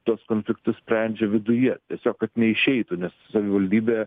tuos konfliktus sprendžia viduje tiesiog kad neišeitų nes savivaldybė